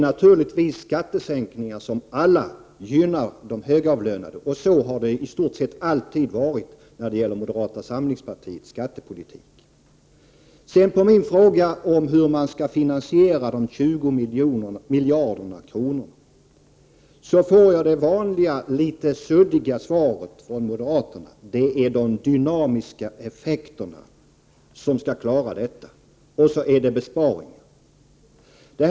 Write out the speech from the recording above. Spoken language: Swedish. Naturligtvis gynnar alla dessa skattesänkningar de högavlönade, och så har det i stort sett alltid varit när det gäller moderata samlingspartiets skattepolitik. På min fråga om hur man skall finansiera de 20 miljarderna får jag det vanliga och litet otydliga svaret från moderaterna: Det är de dynamiska effekterna och besparingarna som är avgörande.